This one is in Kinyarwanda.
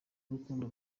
n’urukundo